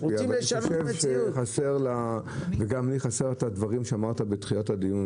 אני חושב שחסר וגם לי חסר את הדברים שאמרת בתחילת הדיון,